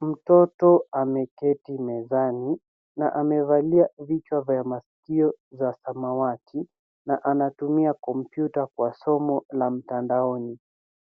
Mtoto ameketi mezani na amevalia vichwa vya masikio za samawati na anatumia kompyuta kwa somo la mtandaoni.